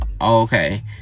okay